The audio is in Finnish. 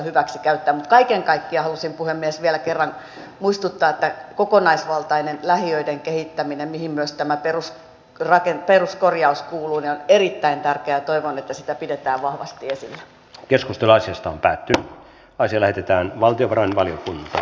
mutta kaiken kaikkiaan halusin puhemies vielä kerran muistuttaa että kokonaisvaltainen lähiöiden kehittäminen mihin myös tämä peruskorjaus kuuluu on erittäin tärkeää ja toivon että sitä pidetään vahvasti esillä keskustalaisista päätti naisille pitää valtiovarainvaliot